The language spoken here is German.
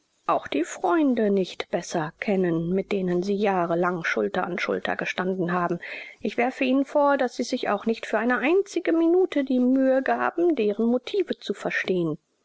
auch die freunde nicht besser kennen mit denen sie jahrelang schulter an schulter gestanden haben ich werfe ihnen vor daß sie sich auch nicht für eine einzige minute die mühe gaben deren motive zu verstehen